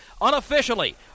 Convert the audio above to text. unofficially